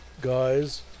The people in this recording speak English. guys